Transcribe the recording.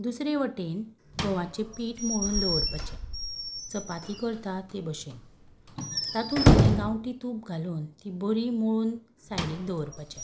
दुसरे वटेन गंवाचें पीट मळून दवरपाचें चपाती करतात ते भाशेन तातूंत इल्लें गांवटी तूप घालून ती बरी मळून सायडीक दवरपाचें